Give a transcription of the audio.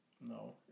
No